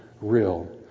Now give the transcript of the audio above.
real